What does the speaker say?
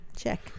Check